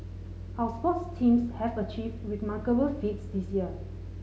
our sports teams have achieved remarkable feats this year